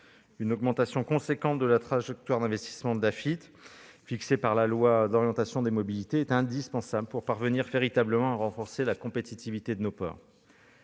Une augmentation conséquente de la trajectoire d'investissement de l'Afitf, fixée par la LOM, est indispensable pour parvenir véritablement à renforcer la compétitivité de nos ports.